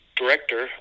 director